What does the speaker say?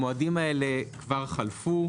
המועדים הללו כבר חלפו.